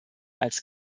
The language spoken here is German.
als